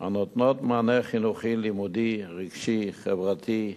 הנותנות מענה חינוכי, לימודי, רגשי, חברתי,